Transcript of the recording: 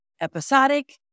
episodic